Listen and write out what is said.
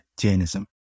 Jainism